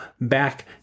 back